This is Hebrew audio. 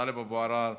טלב אבו עראר,